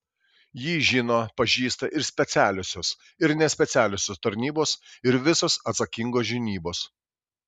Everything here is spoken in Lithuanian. jį žino pažįsta ir specialiosios ir nespecialiosios tarnybos ir visos atsakingos žinybos